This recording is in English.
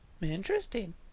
Interesting